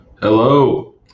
Hello